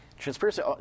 Transparency